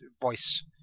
voice